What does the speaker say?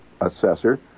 assessor